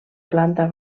planta